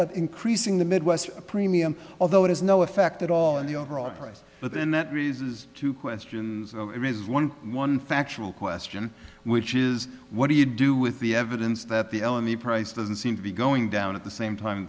of increasing the midwest premium although it has no effect at all in the overall price but then that raises two questions one one factual question which is what do you do with the evidence that the elem the price doesn't seem to be going down at the same time